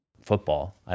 football